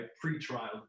Pre-trial